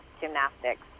gymnastics